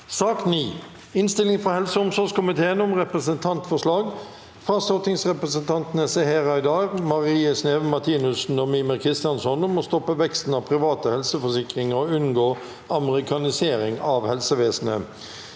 2024 Innstilling fra helse- og omsorgskomiteen om Representantforslag fra stortingsrepresentantene Seher Aydar, Marie Sneve Martinussen og Mímir Kristjánsson om å stoppe veksten av private helseforsikringer og unngå amerikanisering av helsevesenet